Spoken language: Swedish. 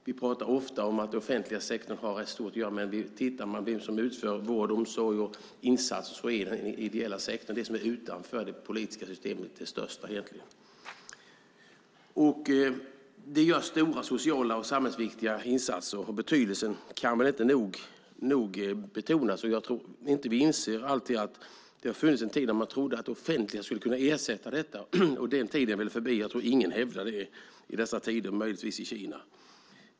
Vi talar ofta om att den offentliga sektorn är stor, men tittar man på vem som utför vård, omsorg och insatser är den ideella sektorn, alltså det som ligger utanför det politiska systemet, den största. Här görs stora sociala och samhällsviktiga insatser, och betydelsen kan inte nog betonas. Det fanns en tid då man trodde att det offentliga skulle kunna ersätta det ideella, men den tiden är förbi. Det är ingen som hävdar det i dessa tider utom möjligtvis Kina.